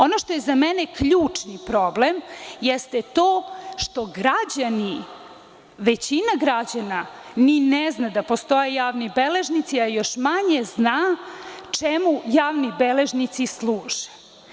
Ono što je za mene ključni problem jeste to što građani, većina građana ni ne zna da postoje javni beležnici, a još manje zna čemu javni beležnici služe.